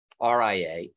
RIA